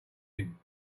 him